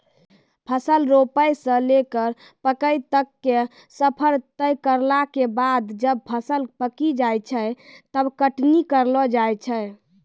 फसल रोपै स लैकॅ पकै तक के सफर तय करला के बाद जब फसल पकी जाय छै तब कटनी करलो जाय छै